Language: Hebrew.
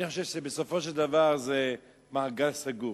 אני חושב שבסופו של דבר זה מעגל סגור.